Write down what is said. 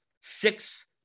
six